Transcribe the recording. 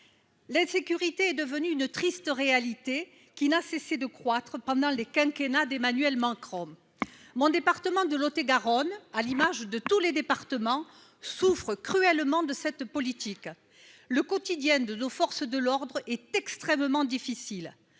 L'insécurité est devenue une triste réalité, qui n'a cessé de croître pendant les quinquennats d'Emmanuel Macron. Mon département de Lot-et-Garonne, à l'image des autres, souffre cruellement de cette politique. Le quotidien de nos forces de l'ordre est extrêmement difficile